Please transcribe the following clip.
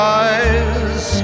eyes